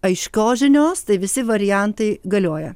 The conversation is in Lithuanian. aiškios žinios tai visi variantai galioja